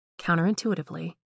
counterintuitively